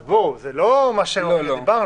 אז זה לא מה שדיברנו.